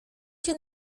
się